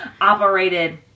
operated